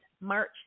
March